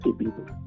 people